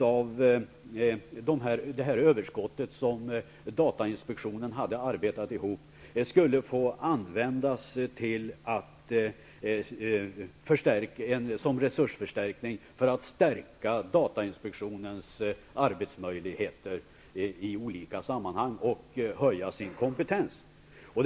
av överskottet som datainspektionen hade arbetat ihop skulle få användas som resursförstärkning för att stärka datainspektionens arbetsmöjligheter i olika sammanhang och höja kompetensen.